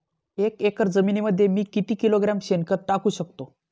एक एकर जमिनीमध्ये मी किती किलोग्रॅम शेणखत टाकू शकतो?